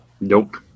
Nope